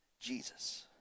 Jesus